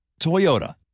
toyota